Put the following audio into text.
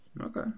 Okay